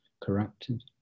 corrupted